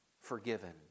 forgiven